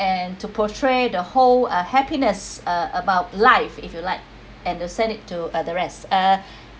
and to portray the whole uh happiness a~ about life if you like and to send it to the rest uh